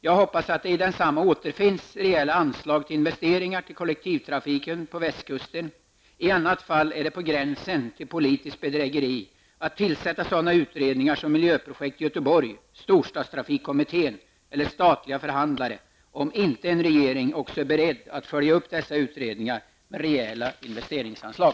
Jag hoppas att det i densamma återfinns rejäla anslag för investeringar i kollektivtrafiken på västkusten. I annat fall är det på gränsen till politiskt bedrägeri att tillsätta sådana utredningar som Miljöprojekt Göteborg, storstadstrafikkommittén eller statliga förhandlare om inte regeringen är beredd att följa upp dessa utredningar med rejäla investeringsanslag.